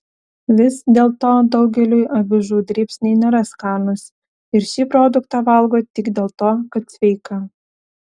vis dėlto daugeliui avižų dribsniai nėra skanūs ir šį produktą valgo tik dėl to kad sveika